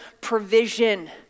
provision